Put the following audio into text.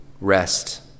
rest